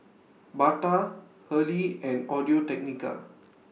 Bata Hurley and Audio Technica